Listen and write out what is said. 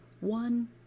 one